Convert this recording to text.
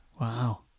Wow